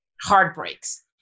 heartbreaks